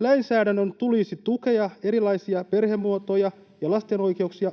Lainsäädännön tulisi tukea erilaisia perhemuotoja ja lasten oikeuksia